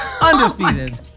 Undefeated